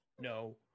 No